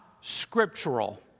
scriptural